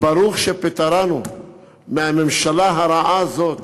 ברוך שפטרנו מהממשלה הרעה הזאת